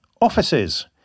offices